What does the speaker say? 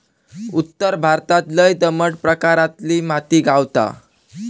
उत्तर भारतात लय दमट प्रकारातली माती गावता